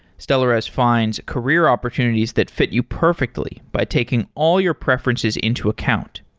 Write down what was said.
stellares finds career opportunities that fit you perfectly by taking all your preferences into account.